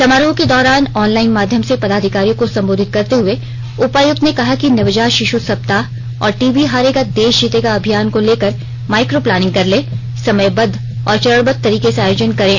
समारोह के दौरान ऑनलाइन माध्यम से पदाधिकारियों को संबोधित करते हुए उपायुक्त ने कहा कि नवजात शिशु सप्ताह और टीबी हारेगा देश जीतेगा अभियान को लेकर माइक्रो प्लानिंग कर लें समयबद्ध और चरणबद्द तरीके से आयोजन करें